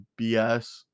BS